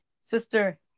sister